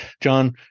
John